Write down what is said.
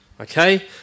Okay